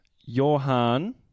Johan